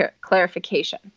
clarification